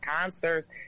concerts